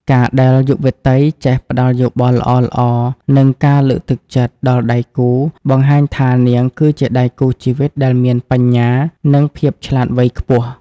ការដែលយុវតីចេះ "ផ្ដល់យោបល់ល្អៗ និងការលើកទឹកចិត្ត" ដល់ដៃគូ បង្ហាញថានាងគឺជាដៃគូជីវិតដែលមានបញ្ញា និងភាពឆ្លាតវៃខ្ពស់។